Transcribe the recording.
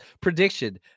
prediction